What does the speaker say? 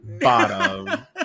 bottom